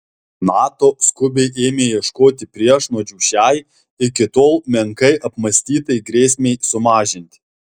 nato skubiai ėmė ieškoti priešnuodžių šiai iki tol menkai apmąstytai grėsmei sumažinti